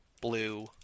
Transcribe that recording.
blue